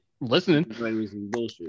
listening